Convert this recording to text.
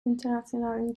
internationalen